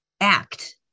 act